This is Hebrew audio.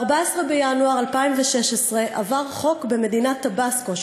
ב-14 בינואר 2016 עבר חוק במדינת טבסקו,